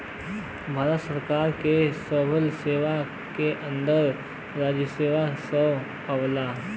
भारत सरकार के सिविल सेवा के अंदर राजस्व सेवा आवला